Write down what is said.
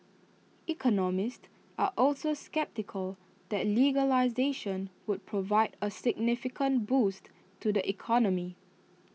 economists are also sceptical that legislation would provide A significant boost to the economy